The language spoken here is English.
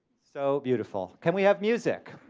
so beautiful. can we have music?